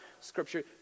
Scripture